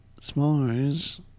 S'mores